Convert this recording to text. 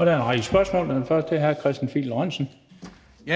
er hr. Kristian Pihl Lorentzen. Kl. 14:23 Kristian Pihl Lorentzen (V):